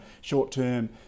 short-term